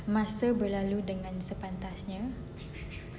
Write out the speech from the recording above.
masa berlalu dengan sepantasnya